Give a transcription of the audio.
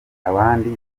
abandi